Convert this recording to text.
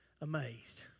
amazed